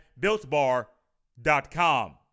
builtbar.com